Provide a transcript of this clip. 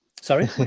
Sorry